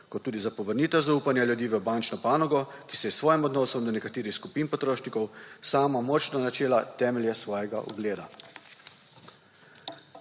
kot tudi za povrnitev zaupanja ljudi v bančno panogo, ki si je s svojim odnosom do nekaterih skupin potrošnikov sama močno načela temelje svojega ugleda.